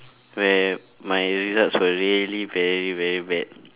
where my results were really very very bad